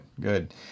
good